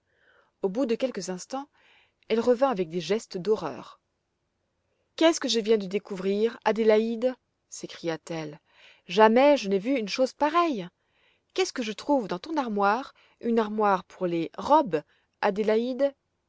au bout de quelques instants elle revint avec des gestes d'horreur qu'est-ce que je viens de découvrir adélaïde s'écria-t-elle jamais je n'ai vu une chose pareille qu'est-ce que je trouve dans ton armoire une armoire pour les robes adélaïde